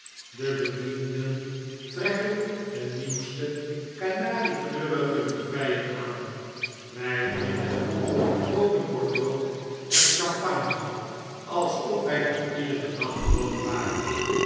de bedienden trekken hun nieuwste kanariekleurige livreien aan wij drinken rooden bordeaux en champagne alsof wij dat iederen dag gewoon waren